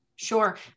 Sure